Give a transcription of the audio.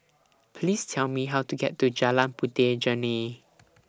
Please Tell Me How to get to Jalan Puteh Jerneh